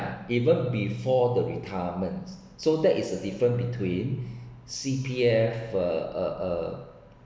even before the retirements so that is a difference between C_P_F err